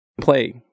play